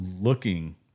looking